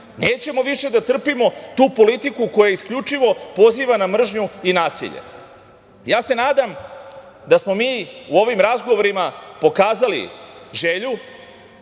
Nećemo više da trpimo tu politiku koja isključivo poziva na mržnju i nasilje. Nadam se da smo mi u ovom razgovorima pokazali želju